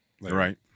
Right